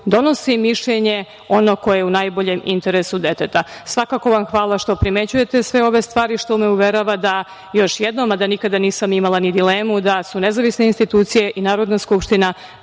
donosi mišljenje ono koje je u najboljem interesu deteta. Svakako vam hvala što primećujete sve ove stvari, što me uverava da još jednom, mada nikada nisam imala ni dilemu da su nezavisne institucije i Narodna skupština